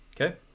Okay